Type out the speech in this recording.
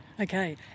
Okay